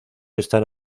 están